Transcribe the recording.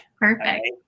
Perfect